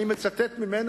אני מצטט ממנו,